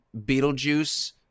Beetlejuice